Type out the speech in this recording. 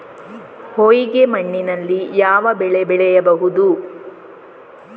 ಹೊಯ್ಗೆ ಮಣ್ಣಿನಲ್ಲಿ ಯಾವ ಬೆಳೆ ಬೆಳೆಯಬಹುದು?